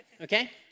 Okay